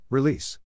Release